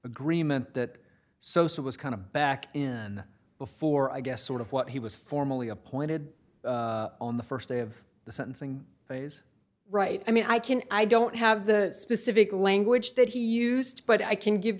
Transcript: agreement that sosa was kind of back in before i guess sort of what he was formally appointed on the st day of the sentencing phase right i mean i can i don't have the specific language that he used but i can give